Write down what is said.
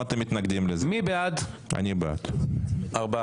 אם מדובר ב-80 חברי כנסת שמצביעים בעד הרי מדובר ברוב של לפחות 40,